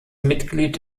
mitglied